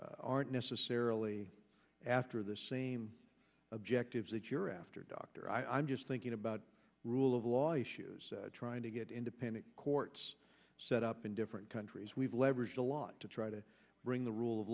aren't necessarily after the same objectives that you're after dr i'm just thinking about rule of law issues trying to get independent courts set up in different countries we've leveraged a lot to try to bring the rule of